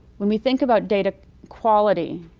when we think about data quality,